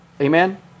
Amen